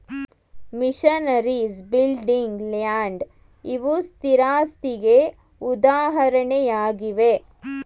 missionaries, building, land ಇವು ಸ್ಥಿರಾಸ್ತಿಗೆ ಉದಾಹರಣೆಯಾಗಿವೆ